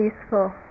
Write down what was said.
peaceful